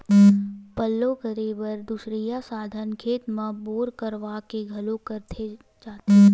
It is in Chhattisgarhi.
पल्लो करे बर दुसरइया साधन खेत म बोर करवा के घलोक करे जाथे